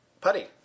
Putty